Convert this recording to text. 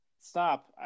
Stop